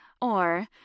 Or